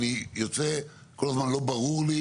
אבל כל הזמן לא ברור לי